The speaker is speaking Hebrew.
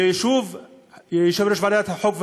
ושוב יושב-ראש ועדת החוקה,